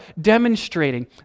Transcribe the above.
demonstrating